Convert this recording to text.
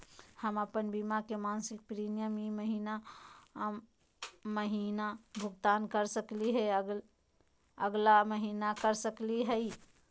हम अप्पन बीमा के मासिक प्रीमियम ई महीना महिना भुगतान कर सकली हे, अगला महीना कर सकली हई?